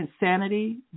insanity